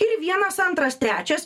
ir vienas antras trečias